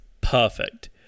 perfect